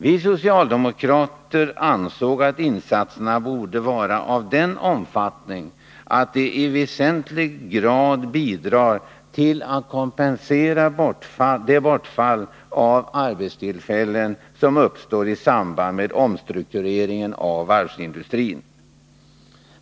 Vi socialdemokrater ansåg att insatserna borde vara av den omfattningen att de i väsentlig grad bidrar till att kompensera det bortfall av arbetstillfällen som uppstår i samband med omstruktureringen av varvsindustrin.